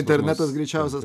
internetas greičiausias